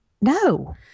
No